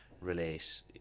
relate